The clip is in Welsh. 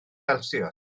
celsius